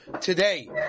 today